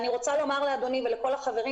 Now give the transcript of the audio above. אני רוצה לומר לאדוני ולכל החברים